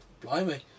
blimey